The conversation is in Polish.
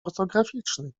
ortograficznych